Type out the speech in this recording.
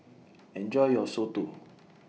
Enjoy your Soto